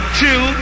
two